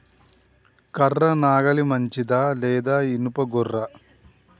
కర్ర నాగలి మంచిదా లేదా? ఇనుప గొర్ర?